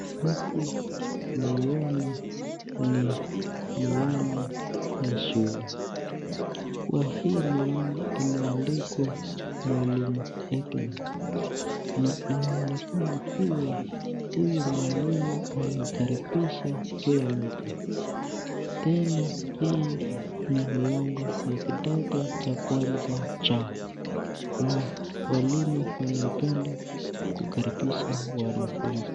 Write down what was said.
Huku naiona ni mlango ya shule, kwa hii mlango iliyondikwa mwalimu Ethlin na inaonekana kuwa huyu mwalimu anaikaribisha huyu Ethlin, tena hii ni mlango ya kidato cha kwanza Cha na walimu wanaipenda kukaribisha wanafunzi.